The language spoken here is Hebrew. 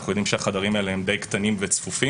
אנחנו יודעים שהחדרים האלה הם די קטנים וצפופים,